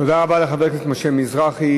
תודה רבה לחבר הכנסת משה מזרחי.